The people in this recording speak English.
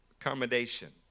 Accommodation